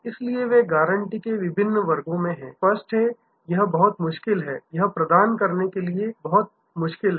इसलिए वे गारंटी के विभिन्न वर्गों में हैं स्पष्ट है यह बहुत मुश्किल है यह प्रदान करने के लिए बहुत मुश्किल है